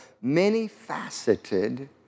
many-faceted